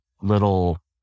little